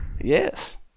Yes